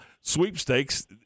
sweepstakes